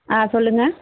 ஆ சொல்லுங்கள்